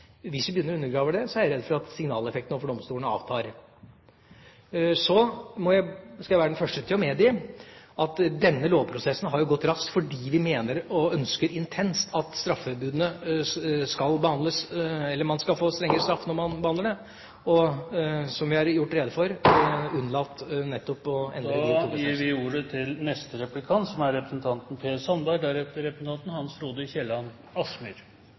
Hvis vi begynner å undergrave det, er jeg redd for at signaleffekten overfor domstolene avtar. Jeg skal være den første til å medgi at denne lovprosessen har gått raskt. Det er fordi vi mener – og ønsker intenst – at straffebudene skal behandles; man skal få strengere straff når man har behandlet dette. Og, som jeg har gjort rede for … Jeg tror alle i salen er klar over at vi øker strafferammene på mange områder, men i denne debatten viser både statsrådens og posisjonspartienes argumenter at angrep er